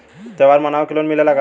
त्योहार मनावे के लोन मिलेला का?